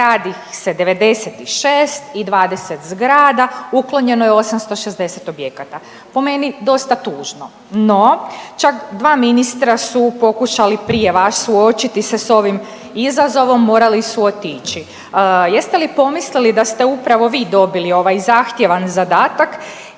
gradi ih se 96 i 20 zgrada, uklonjeno je 860 objekata, po meni dosta tužno. No, čak dva ministra su pokušali prije vas suočiti se s ovim izazovom morali su otići. Jeste li pomislili da ste upravo vi dobili ovaj zahtjevan zadatak